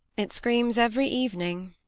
it screams every evening.